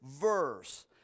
verse